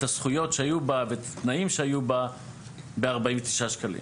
הזכויות שהיו בה ואת התנאים שהיו בה ב-49 שקלים.